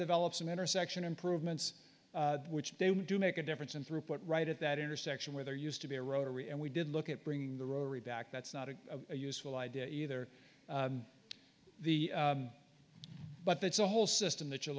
develop some intersection improvements which do make a difference in throughput right at that intersection where there used to be a rotary and we did look at bringing the rosary back that's not a useful idea either the but that's a whole system that you're